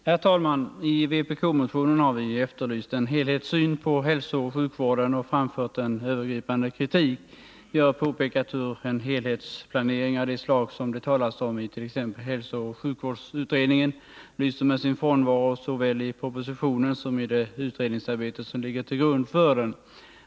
Herr talman! I vpk-motionen har vi efterlyst en helhetssyn på hälsooch sjukvården och framfört en övergripande kritik. Vi har påpekat hur en helhetsplanering av det slag som det talas om t.ex. i hälsooch sjukvårdsutredningen lyser med sin frånvaro såväl i propositionen som i det utredningsarbete som ligger till grund för denna.